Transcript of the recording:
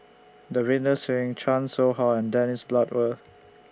Davinder Singh Chan Soh Ha and Dennis Bloodworth